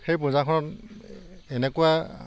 সেই বজাৰখনত এনেকুৱা